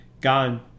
gone